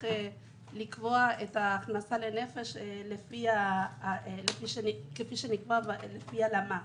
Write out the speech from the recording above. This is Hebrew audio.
לקבוע את ההכנסה לנפש כפי שקבעה הלמ"ס.